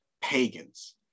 pagans